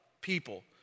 people